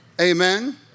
Amen